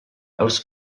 els